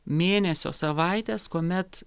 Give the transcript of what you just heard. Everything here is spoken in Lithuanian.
mėnesio savaitės kuomet